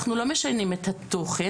אנחנו לא משנים את התוכן,